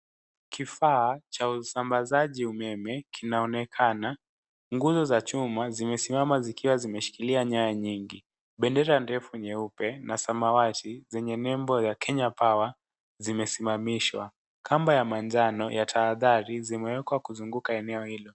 Kifaa cha usambazaji umeme kinaonekana. Nguzo za chuma zimesimama zikiwa zimeshikilia nyaya nyingi. Bendera refu nyeupe na samawati zenye nembo ya Kenya Power zimesimamishwa. Kamba ya manjano ya tahadhari zimewekwa kuzunguka eneo hilo.